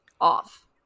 off